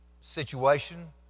situation